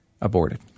aborted